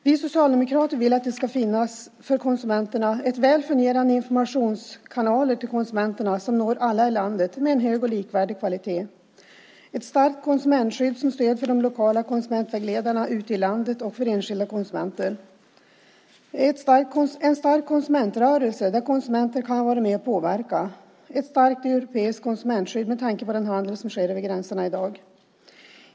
Vi socialdemokrater vill att det för konsumenterna ska finnas väl fungerande informationskanaler till konsumenterna som når alla i landet, med en hög och likvärdig kvalitet, ett starkt konsumentskydd som stöd för de lokala konsumentvägledarna ute i landet och för enskilda konsumenter, en stark konsumentrörelse där konsumenter kan vara med och påverka och ett starkt europeiskt konsumentskydd, med tanke på den handel som sker över gränserna i dag.